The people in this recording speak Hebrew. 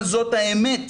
אבל זאת האמת,